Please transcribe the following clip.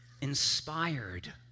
Inspired